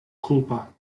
kulpa